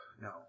no